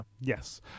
Yes